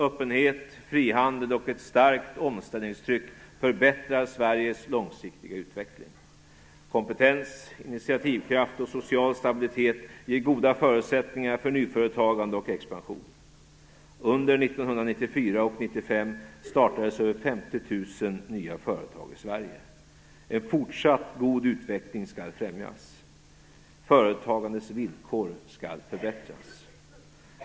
Öppenhet, frihandel och ett starkt omställningstryck förbättrar Sveriges långsiktiga utveckling. Kompetens, initiativkraft och social stabilitet ger goda förutsättningar för nyföretagande och expansion. Under 1994 och 1995 startades över 50 000 nya företag i Sverige. En fortsatt god utveckling skall främjas. Företagandets villkor skall förbättras.